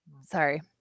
sorry